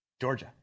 Georgia